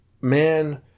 man